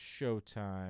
Showtime